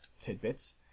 tidbits